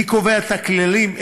מי קובע את הכללים.